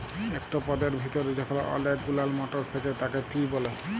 একট পদের ভিতরে যখল অলেক গুলান মটর থ্যাকে তাকে পি ব্যলে